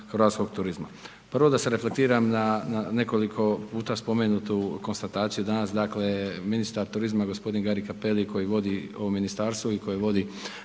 hrvatskog turizma. Prvo da se reflektiram na nekoliko puta spomenutu konstataciju danas. Dakle, ministar turizma g. Gari Cappelli koji vodi ovo ministarstvo i koji vodi